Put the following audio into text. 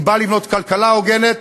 היא באה לבנות כלכלה הוגנת,